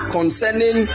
Concerning